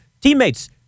teammates